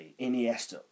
Iniesta